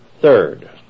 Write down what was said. third